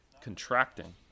contracting